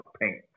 paint